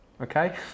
Okay